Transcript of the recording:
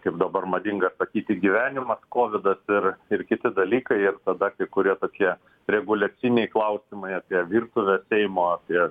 kaip dabar madinga sakyti gyvenimas kovidas ir ir kiti dalykai ir tada kai kurie tokie reguliaciniai klausimai apie virtuvę seimo apie